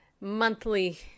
monthly